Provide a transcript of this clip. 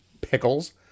Pickles